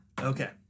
okay